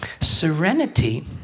Serenity